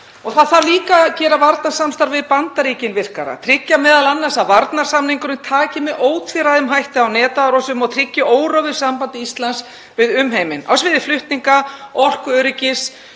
Einnig þarf að gera varnarsamstarf við Bandaríkin virkara, tryggja m.a. að varnarsamningurinn taki með ótvíræðum hætti á netárásum og tryggi órofið samband Íslands við umheiminn á sviði flutninga, orkuöryggis